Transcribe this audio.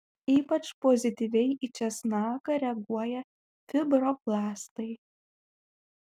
ypač pozityviai į česnaką reaguoja fibroblastai